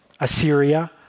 Assyria